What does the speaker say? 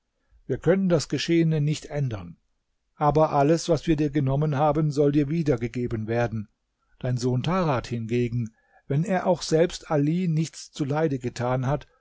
wir können das geschehene nicht ändern aber alles was wir dir genommen haben soll dir wiedergegeben werden dein sohn tarad hingegen wenn er auch selbst ali nichts zuleide getan hat